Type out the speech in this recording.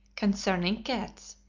concerning cats,